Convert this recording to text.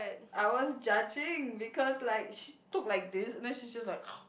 I was judging because like she took like this then she's just like